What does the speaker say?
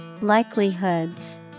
Likelihoods